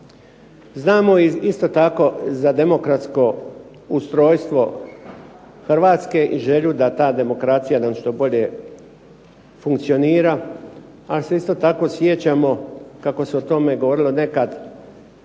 Znamo i isto tako za demokratsko ustrojstvo Hrvatske i želju da ta demokracija nam što bolje funkcionira. Ali se isto tako sjećamo kako se o tome govorilo nekad